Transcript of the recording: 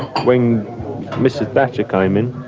when mrs thatcher came in,